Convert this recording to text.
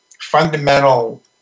fundamental